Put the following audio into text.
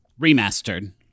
Remastered